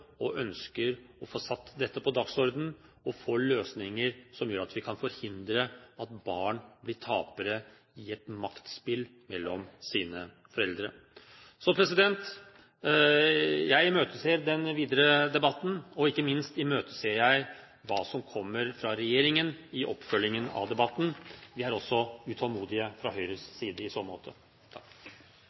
og ønsker å få satt dette på dagsordenen og får løsninger som gjør at vi kan forhindre at barn blir tapere i et maktspill mellom sine foreldre. Jeg imøteser den videre debatten og ikke minst imøteser jeg hva som kommer fra regjeringen i oppfølgingen av debatten. Vi er også utålmodige fra Høyres side i så måte.